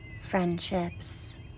Friendships